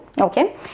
okay